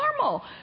normal